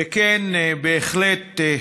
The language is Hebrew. וכן, בהחלט,